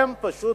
הם פשוט